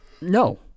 no